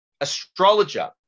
astrologer